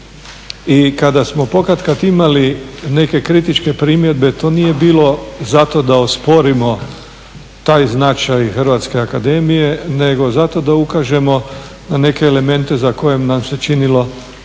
i kada smo pokatkad imali neke kritičke primjedbe to nije bilo zato da osporimo taj značaj Hrvatske akademije nego zato da ukažemo na neke elemente za koje nam se činilo da